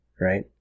right